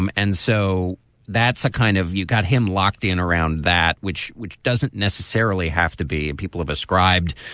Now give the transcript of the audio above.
um and so that's a kind of you got him locked in around that which which doesn't necessarily have to be people of ascribed